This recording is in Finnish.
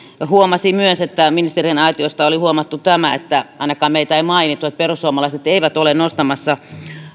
huomasin myös että ministerien aitiossa oli huomattu tämä ainakaan meitä ei mainittu perussuomalaiset eivät ole nostamassa